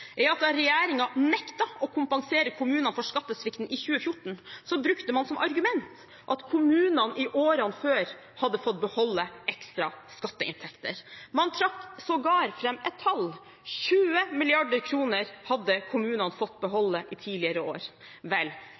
at da regjeringen nektet å kompensere kommunene for skattesvikten i 2014, brukte man som argument at kommunene i årene før hadde fått beholde ekstra skatteinntekter. Man trakk sågar fram et tall: 20 mrd. kr hadde kommunene fått beholde i tidligere år. Vel,